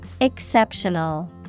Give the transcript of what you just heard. Exceptional